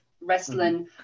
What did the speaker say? wrestling